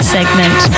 Segment